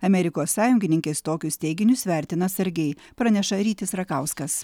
amerikos sąjungininkės tokius teiginius vertina atsargiai praneša rytis rakauskas